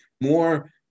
more